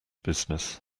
business